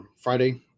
Friday